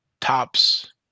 tops